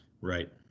Right